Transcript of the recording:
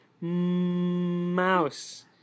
Mouse